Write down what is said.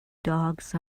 dogs